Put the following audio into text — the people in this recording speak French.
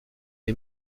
est